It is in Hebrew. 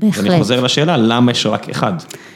בהחלט. –ואני חוזר לשאלה, למה יש רק אחד?